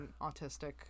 autistic